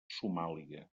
somàlia